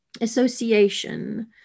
association